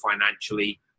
financially